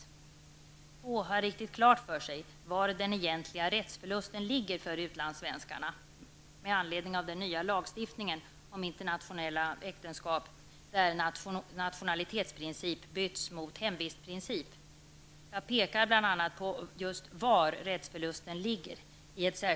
Få har riktigt klart för sig var den egentliga rättsförlusten ligger för utlandssvenskarna med anledning av den nya lagstiftningen om internationella äktenskap, där nationalitetsprincip byts mot hemvistprincip. Jag pekar i ett särskilt yttrande bl.a. på var rättsförlusten ligger.